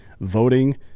Voting